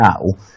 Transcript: now